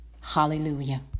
Hallelujah